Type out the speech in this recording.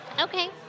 Okay